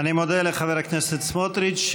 אני מודה לחבר הכנסת סמוטריץ.